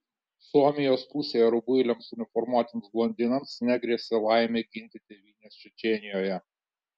suomijos pusėje rubuiliams uniformuotiems blondinams negrėsė laimė ginti tėvynės čečėnijoje